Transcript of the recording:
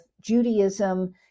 Judaism